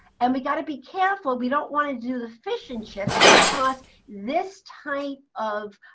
and we got to be careful. we don't want to do the fish and chips because this type of